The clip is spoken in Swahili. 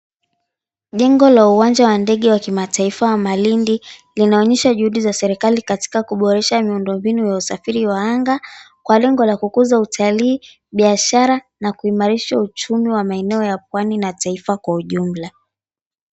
Jengo la Uwanja wa ndege wa kimataifa la Malindi, linaonyesha juhudi za serikali katika kuboresha miundombinu ya usafiri wa anga. Kwa lengo la kukuza utalii biashara na kuimarisha uchumi wa maeneo ya pwani na taifa kwa ujumla.